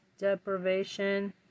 Deprivation